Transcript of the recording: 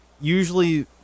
Usually